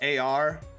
AR